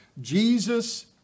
Jesus